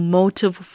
motive